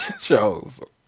shows